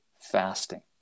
fasting